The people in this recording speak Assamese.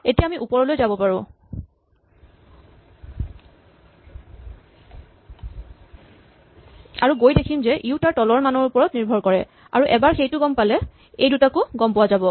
এতিয়া আমি ওপৰলৈ যাব পাৰো আৰু গৈ দেখিম যে ইয়ো তাৰ তলৰ মানৰ ওপৰত নিৰ্ভৰ কৰে আৰু এবাৰ সেইটো গম পালে এই দুটাকো গম পোৱা যায়